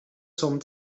zum